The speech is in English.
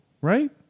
right